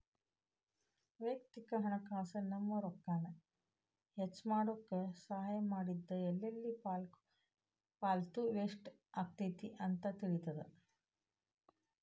ವಯಕ್ತಿಕ ಹಣಕಾಸ್ ನಮ್ಮ ರೊಕ್ಕಾನ ಹೆಚ್ಮಾಡ್ಕೊನಕ ಸಹಾಯ ಮಾಡ್ತದ ಎಲ್ಲೆಲ್ಲಿ ಪಾಲ್ತು ವೇಸ್ಟ್ ಆಗತೈತಿ ಅಂತ ತಿಳಿತದ